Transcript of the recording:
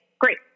Great